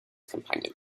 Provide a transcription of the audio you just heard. companion